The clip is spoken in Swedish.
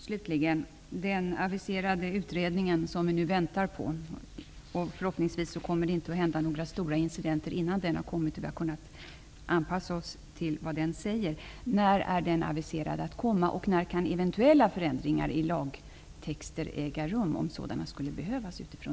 Fru talman! Förhoppningsvis kommer det inte att hända några stora incidenter innan den aviserade utredningen har kommit och vi har kunnat anpassa oss till vad som sägs där. När kommer den aviserade utredningen, och när kan eventuella ändringar i lagtexter äga rum om sådana skulle behöva göras?